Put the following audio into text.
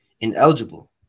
ineligible